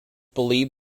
believe